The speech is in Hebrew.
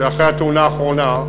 אחרי התאונה האחרונה,